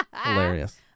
Hilarious